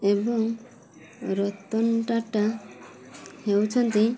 ଏବଂ ରତନ ଟାଟା ହେଉଛନ୍ତି